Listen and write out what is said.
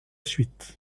suite